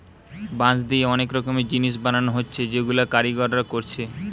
বাঁশ দিয়ে অনেক রকমের জিনিস বানানা হচ্ছে যেগুলা কারিগররা কোরছে